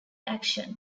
action